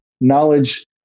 knowledge